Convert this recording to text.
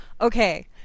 okay